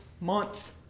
months